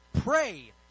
pray